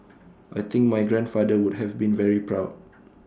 I think my grandfather would have been very proud